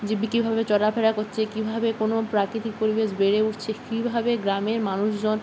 যে বি কীভাবে চলা ফেরা করছে কীভাবে কোনো প্রাকৃতিক পরিবেশ বেড়ে উঠছে কীভাবে গ্রামের মানুষজন